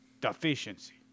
deficiency